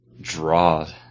draw